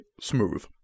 smooth